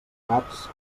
advocats